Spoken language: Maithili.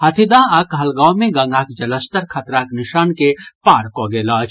हाथीदह आ कहलगांव मे गंगाक जलस्तर खतराक निशान के पार कऽ गेल अछि